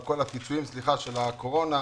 על כל הפיצויים של הקורונה,